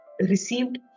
received